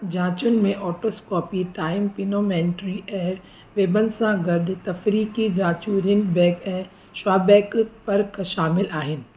जांचुनि में otoscopy tympanometry ऐं Weber सां गॾु तफ़रीकी जांच रिने बिंग ऐं श्वाबैक परखि शामिल आहिनि